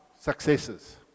successes